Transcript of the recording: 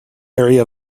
area